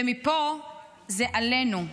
ומפה זה עלינו.